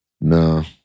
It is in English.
No